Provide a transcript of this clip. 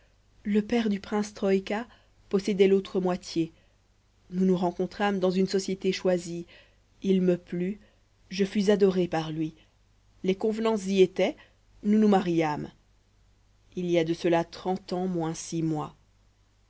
le père du prince troïka possédait l'autre moitié nous nous rencontrâmes dans une société choisie il me plut je fus adorée par lui les convenances y étaient nous nous mariâmes il y a de cela trente ans moins six mois